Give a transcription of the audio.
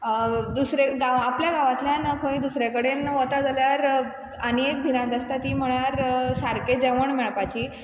दुसरे गांवा आपल्या गांवांतल्यान खंय दुसरे कडेन वता जाल्यार आनी एक भिरांत आसता ती म्हळ्यार सारकें जेवण मेळपाची